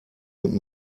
nimmt